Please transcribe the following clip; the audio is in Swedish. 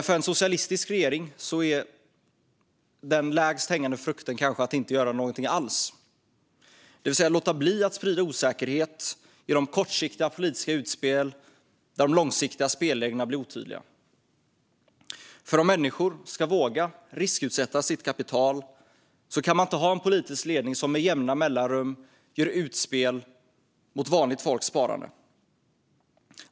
För en socialistisk regering är den lägst hängande frukten kanske att inte göra någonting alls, det vill säga att låta bli att sprida osäkerhet genom kortsiktiga politiska utspel där de långsiktiga spelreglerna blir otydliga. Om människor ska våga riskutsätta sitt kapital kan man inte ha en politisk ledning som med jämna mellanrum gör utspel mot vanligt folks sparande.